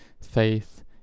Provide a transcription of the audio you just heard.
Faith